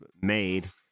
made